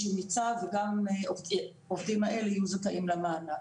שמיצה וגם העובדים האלה יהיו זכאים מענק.